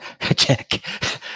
check